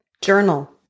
journal